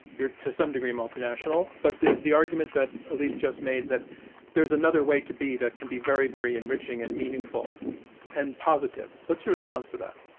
you're, to some degree, a multinational. but the the argument that elif just made that there's another way to be that can be very, very enriching and meaningful and positive. what's your response to that?